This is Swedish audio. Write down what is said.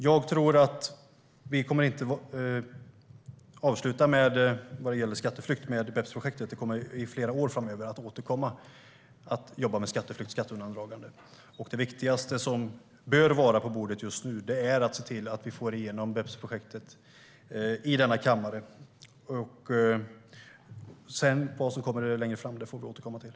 Jag tror inte att vi kommer att avsluta skatteflykten med BEPS-projektet, utan vi kommer att återkomma till att jobba med skatteflykt och skatteundandragande under flera år framöver. Men det viktigaste som bör vara på bordet just nu är att se till att vi får igenom BEPS-projektet i denna kammare. Vad som sedan kommer längre fram får vi återkomma till.